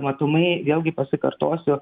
matomai vėlgi pasikartosiu